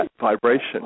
vibration